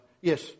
yes